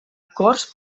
corts